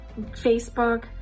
Facebook